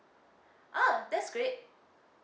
ah that's great